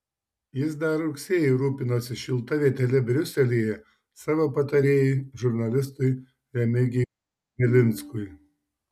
jis dar rugsėjį rūpinosi šilta vietele briuselyje savo patarėjui žurnalistui remigijui bielinskui